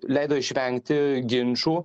leido išvengti ginčų